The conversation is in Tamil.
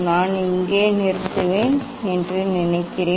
நான் இங்கே நிறுத்துவேன் என்று நினைக்கிறேன்